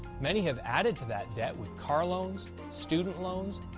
many have added to that debt with car loans, student loans,